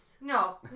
no